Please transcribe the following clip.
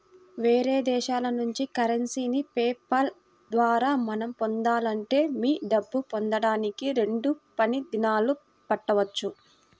వేరే దేశాల నుంచి కరెన్సీని పే పాల్ ద్వారా మనం పొందాలంటే మీ డబ్బు పొందడానికి రెండు పని దినాలు పట్టవచ్చు